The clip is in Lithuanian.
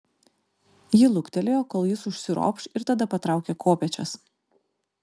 ji luktelėjo kol jis užsiropš ir tada patraukė kopėčias